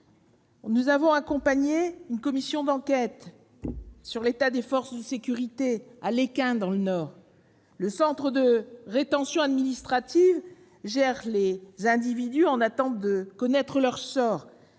Nous avons ainsi accompagné la commission d'enquête sur l'état des forces de sécurité intérieure à Lesquin, dans le Nord, où le centre de rétention administrative gère les individus en attente de connaître leur sort.